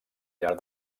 llarg